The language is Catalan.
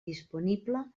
disponible